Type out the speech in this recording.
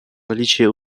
наличие